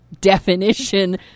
definition